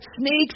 snakes